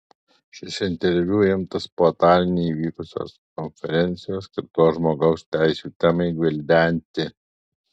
šis interviu imtas po taline vykusios konferencijos skirtos žmogaus teisių temai gvildenti